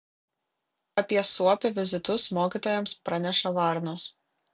apie suopio vizitus mokytojams praneša varnos